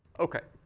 ok.